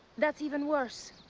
that's even worse.